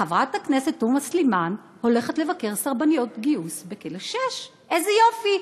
חברת הכנסת תומא סלימאן הולכת לבקר סרבניות גיוס בכלא 6. איזה יופי,